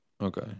Okay